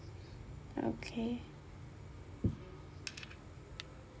okay